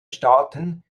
staaten